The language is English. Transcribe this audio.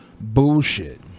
bullshit